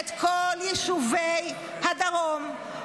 את כל יישובי הדרום,